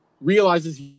realizes